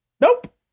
Nope